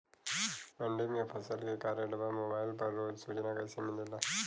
मंडी में फसल के का रेट बा मोबाइल पर रोज सूचना कैसे मिलेला?